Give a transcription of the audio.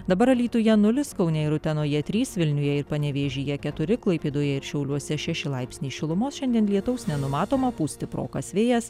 dabar alytuje nulis kaune ir utenoje trys vilniuje ir panevėžyje keturi klaipėdoje ir šiauliuose šeši laipsniai šilumos šiandien lietaus nenumatoma pūs stiprokas vėjas